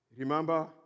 Remember